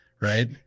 right